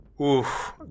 Oof